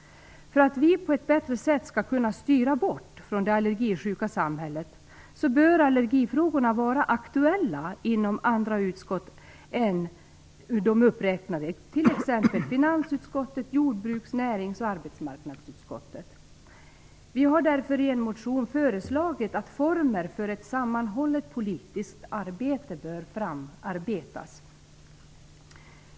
För att vi på ett bättre sätt skall kunna styra bort från det allergisjuka samhället bör allergifrågorna vara aktuella inom andra utskott än de uppräknade, t.ex. finansutskottet, jordbruksutskottet, näringsutskottet och arbetsmarknadsutskottet. Vi har därför i en motion föreslagit att former för ett sammanhållet politiskt arbete bör framarbetas.